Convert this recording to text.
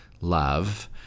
love